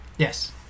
Yes